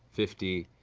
fifty,